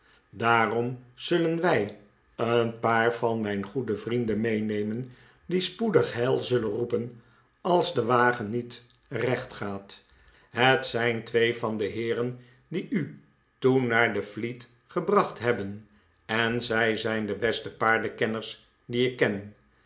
daarom zullen wij een paar van mijn goede vrienden meenemen die spoedig hei zullen roepen als de wagen nie't recht gaat het zijn twee van de heeren die u toen naar de fleet gebracht hebben en zij zijn de beste paardenkenners die ik ken